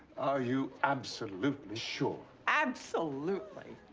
are you absolutely sure? absolutely!